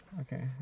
Okay